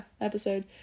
episode